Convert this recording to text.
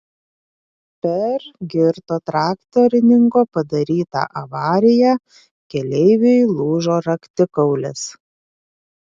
per girto traktorininko padarytą avariją keleiviui lūžo raktikaulis